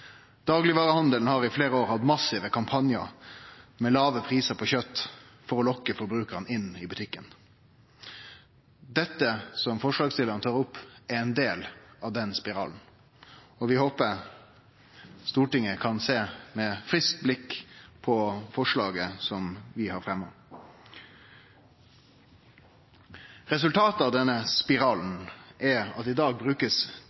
Daglegvarehandelen har i fleire år hatt massive kampanjar med låge prisar på kjøt for å lokke forbrukarane inn i butikken. Dette – som forslagsstillarane tar opp – er ein del av den spiralen, og vi håper Stortinget kan sjå med friskt blikk på representantforslaget som vi har fremja. Resultatet av denne spiralen er at det i dag